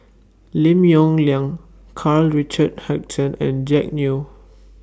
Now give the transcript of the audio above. Lim Yong Liang Karl Richard Hanitsch and Jack Neo